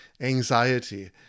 anxiety